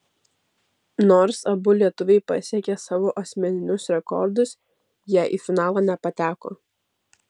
nors abu lietuviai pasiekė savo asmeninius rekordus jie į finalą nepateko